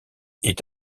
est